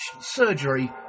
surgery